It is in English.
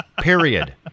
Period